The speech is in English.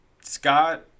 Scott